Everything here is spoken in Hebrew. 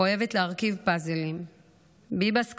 אוהבת להרכיב פאזלים, ביבס כפיר,